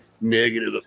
negative